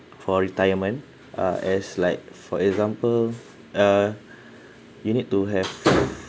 for retirement uh as like for example uh you need to have